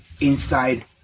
inside